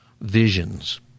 visions